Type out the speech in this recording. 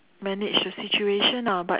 managed the situation lah but